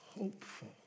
Hopeful